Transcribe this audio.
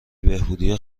بهبودی